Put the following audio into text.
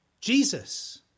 Jesus